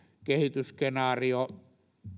kehitysskenaario